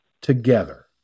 together